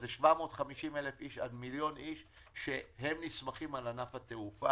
זה 750,000 איש עד מיליון איש שנסמכים על ענף התעופה.